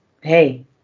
hey